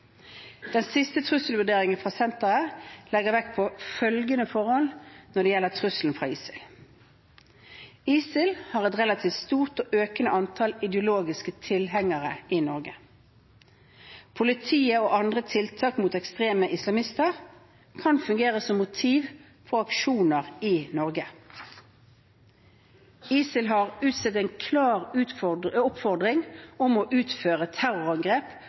Den siste trusselvurderingen fra senteret legger vekt på følgende forhold når det gjelder trusselen fra ISIL: ISIL har et relativt stort og økende antall ideologiske tilhengere i Norge. Politiets og andre myndigheters tiltak mot ekstreme islamister kan fungere som motiv for aksjoner i Norge. ISIL har utstedt en klar oppfordring om å utføre terrorangrep